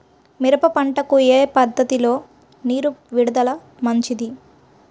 మిరప పంటకు ఏ పద్ధతిలో నీరు విడుదల మంచిది?